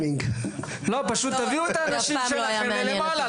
פשוט תביאו את האנשים שלכם למעלה,